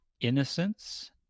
innocence